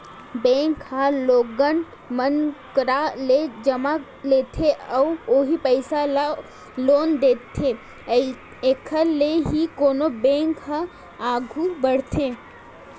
bank ह लोगन मन करा ले जमा लेथे अउ उहीं पइसा ल लोन देथे एखर ले ही कोनो बेंक ह आघू बड़थे